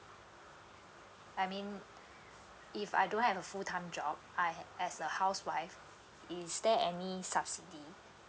I mean if I don't have a full time job I as a housewife is there any subsidy